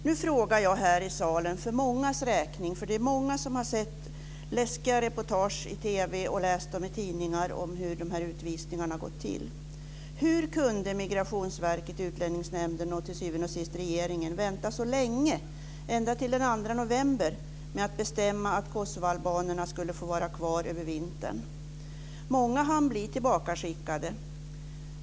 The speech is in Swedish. Nu frågar jag här i salen för mångas räkning, för det är många som har sett läskiga reportage i TV och läst i tidningar om hur utvisningarna har gått till: Hur kunde Migrationsverket, Utlänningsnämnden och till syvende och sist regeringen vänta så länge som ända till den 2 november med att bestämma att kosovoalbanerna skulle få vara kvar över vintern? Många hann bli tillbakaskickade.